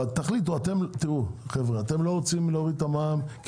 תראו אתם לא רוצים להוריד את המע"מ כי